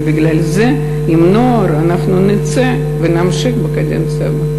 בגלל זה, עם נוער, אנחנו נצא ונמשיך בקדנציה הזאת.